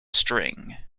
string